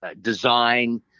design